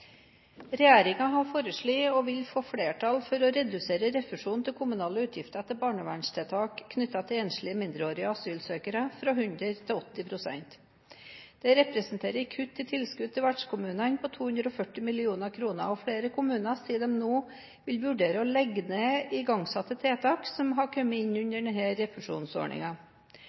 har foreslått og vil få flertall for å redusere refusjonen til kommunale utgifter til barnevernstiltak knyttet til enslige mindreårige asylsøkere fra 100 til 80 pst. Det representerer et kutt i tilskudd til vertskommunene på 240 mill. kr, og flere kommuner sier de nå vil vurdere å legge ned igangsatte tiltak som har kommet inn under